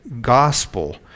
gospel